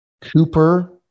Cooper